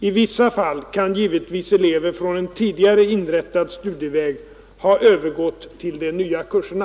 I vissa fall kan givetvis elever från en tidigare inrättad studieväg ha övergått till de nya kurserna.